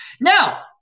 now